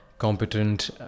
competent